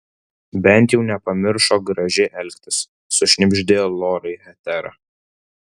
bent jau nepamiršo gražiai elgtis sušnibždėjo lorai hetera